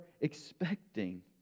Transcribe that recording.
expecting